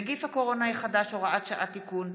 (נגיף הקורונה החדש, הוראת שעה, תיקון)